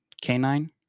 canine